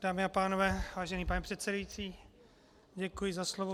Dámy a pánové, vážený pane předsedající, děkuji za slovo.